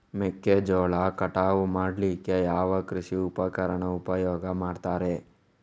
ಮೆಕ್ಕೆಜೋಳ ಕಟಾವು ಮಾಡ್ಲಿಕ್ಕೆ ಯಾವ ಕೃಷಿ ಉಪಕರಣ ಉಪಯೋಗ ಮಾಡ್ತಾರೆ?